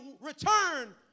return